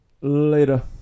later